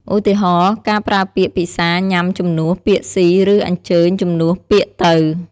ឧទាហរណ៍ ការប្រើពាក្យ ពិសា ញ៉ាំ ជំនួស ពាក្យស៊ី ឬ អញ្ជើញ ជំនួស ពាក្យទៅ។